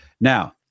Now